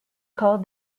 called